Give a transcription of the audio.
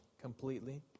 completely